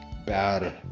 Bad